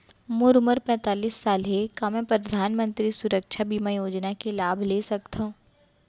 मोर उमर पैंतालीस साल हे का मैं परधानमंतरी सुरक्षा बीमा योजना के लाभ ले सकथव?